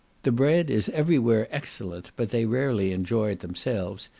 the bread is everywhere excellent, but they rarely enjoy it themselves,